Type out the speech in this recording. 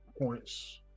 Points